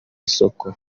isoko